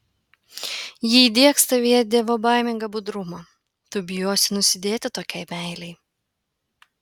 ji įdiegs tavyje dievobaimingą budrumą tu bijosi nusidėti tokiai meilei